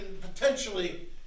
potentially